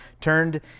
turned